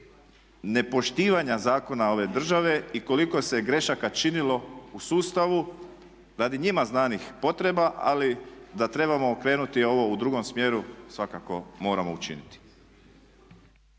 nepoštivanja zakona ove države i koliko se grešaka činilo u sustavu radi njima znanih potreba ali da trebamo okrenuti ovo u drugom smjeru svakako moramo učiniti.